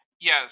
Yes